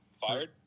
fired